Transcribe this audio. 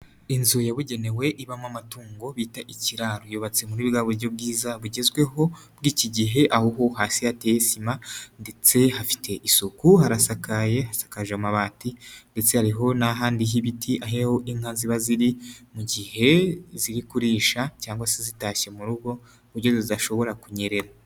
Inzu yabugenewe ibamo amatungo bita ikiraro. Yubatse muri bwa buryo bwiza bugezweho bw'iki gihe. Aho hasi hateye sima ndetse hafite isuku. Harasakaye hasakaje amabati ndetse hariho n'ahandi hari ibiti aho inka ziba ziri mu gihe ziri kuririsha cyangwa se zitashye mu rugo ku buryo zidashobora kunyerera.